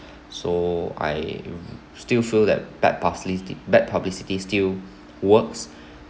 so I still feel that bad publicity bad publicity still works